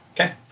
Okay